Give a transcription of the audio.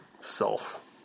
self